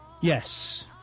Yes